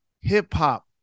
hip-hop